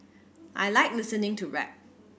I like listening to rap